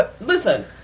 Listen